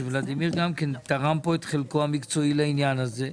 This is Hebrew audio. שוולדימיר גם כן תרם פה את חלקו המקצועי לעניין הזה.